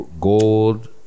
Gold